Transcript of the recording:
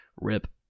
Rip